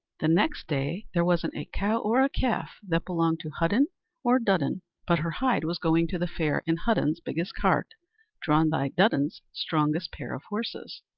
the next day there wasn't a cow or a calf that belonged to hudden or dudden but her hide was going to the fair in hudden's biggest cart drawn by dudden's strongest pair of horses.